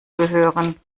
gehören